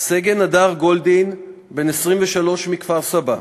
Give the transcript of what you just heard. סגן הדר גולדין, בן 23, מכפר-סבא,